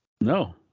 No